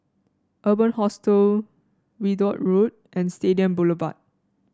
Urban Hostel Ridout Road and Stadium Boulevard